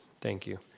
thank you,